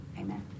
amen